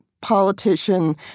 politician